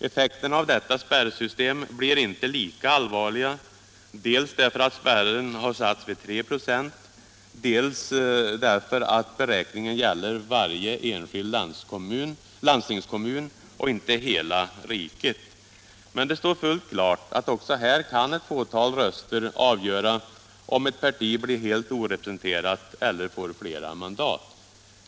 Effekterna av detta spärrsystem blir inte lika allvarliga, dels därför att spärren satts vid 3 96, dels därför att beräkningen gäller varje enskild landstingskommun och inte hela riket. Men det står fullt klart att också här kan ett fåtal röster avgöra om ett parti blir helt orepresenterat eller får flera mandat.